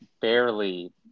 barely